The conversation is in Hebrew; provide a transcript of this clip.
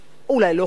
אולי לא חזו,